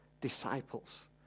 disciples